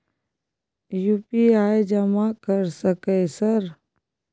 UPI जमा कर सके सर?